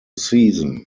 season